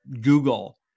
google